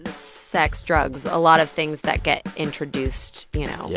sex, drugs, a lot of things that get introduced, you know,